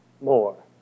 more